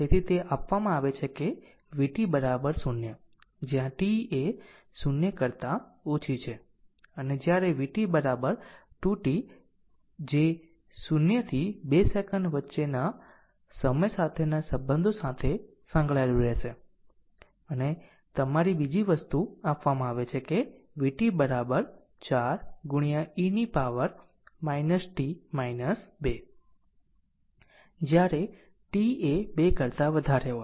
તેથી તે આપવામાં આવે છે કે vt 0 જ્યાં t એ 0 કરતાં ઓછી છે અને જ્યારે vt 2 t જે 0 થી 2 સેકંડ વચ્ચેના સમય સાથેના સંબંધો સાથે સંકળાયેલું રહેશે અને તમારી બીજી વસ્તુ આપવામાં આવે છે કે vt 4 e ની પાવર t 2 જ્યારે t એ 2 કરતા વધારે હોય